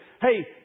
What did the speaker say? Hey